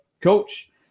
Coach